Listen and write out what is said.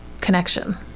connection